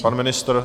Pan ministr?